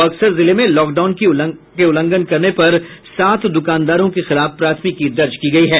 बक्सर जिले में लॉकडाउन की उल्लंघन करने पर सात दुकानदारों के खिलाफ प्राथमिकी दर्ज की गयी है